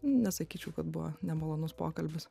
nesakyčiau kad buvo nemalonus pokalbis